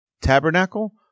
tabernacle